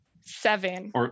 Seven